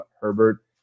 Herbert